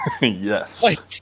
Yes